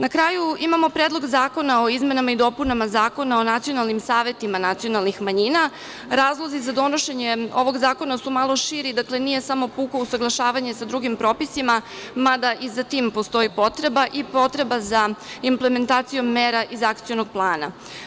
Na kraju imamo Predlog zakona o izmenama i dopunama Zakona o nacionalnim savetima nacionalnih manjina, razlozi za donošenje ovog zakona su malo širi, dakle, nije samo puko usaglašavanje sa drugim propisima, mada i za tim postoji potreba i potreba za implementacijom mera iz Akcionog plana.